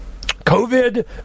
COVID